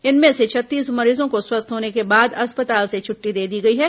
इनमें से छत्तीस मरीजों को स्वस्थ होने के बाद अस्पताल से छुट्टी दे दी गई है